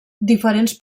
diferents